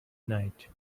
night